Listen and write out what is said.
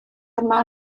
yma